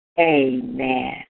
Amen